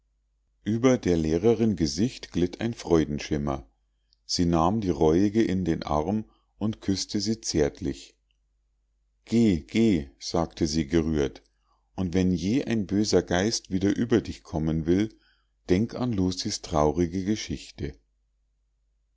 ueber der lehrerin gesicht glitt ein freudenschimmer sie nahm die reuige in den arm und küßte sie zärtlich geh geh sagte sie gerührt und wenn je ein böser geist wieder über dich kommen will denk an lucies traurige geschichte